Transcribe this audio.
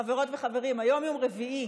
חברות וחברים, היום יום רביעי,